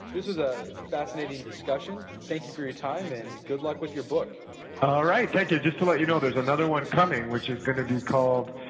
this was a fascinating discussion. thank you for your time and good luck with your book all right. thank you. just to let you know, there's another one coming which is going to be called,